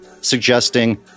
suggesting